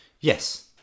Yes